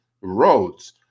roads